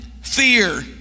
fear